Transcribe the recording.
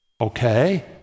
okay